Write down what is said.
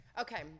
Okay